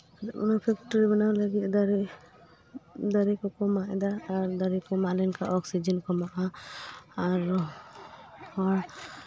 ᱚᱱᱟ ᱯᱷᱮᱠᱴᱨᱤ ᱵᱮᱱᱟᱣ ᱞᱟᱹᱜᱤᱫ ᱫᱟᱨᱮ ᱫᱟᱨᱮ ᱠᱚᱠᱚ ᱢᱟᱜ ᱮᱫᱟ ᱟᱨ ᱫᱟᱨᱮ ᱠᱚ ᱢᱟᱜ ᱞᱮᱱᱠᱷᱟᱱ ᱚᱠᱥᱤᱡᱮᱱ ᱠᱚᱢᱚᱜᱼᱟ ᱟᱨ ᱦᱚᱲ